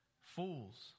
fools